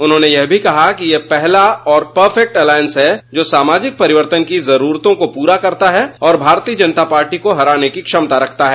उन्होंने यह भी कहा कि ये पहला और परफेक्ट अलायंस है जो सामाजिक परिवर्तन की जरूरतों को पूरा करता है और भारतीय जनता पार्टी को हराने की क्षमता रखता है